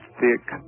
thick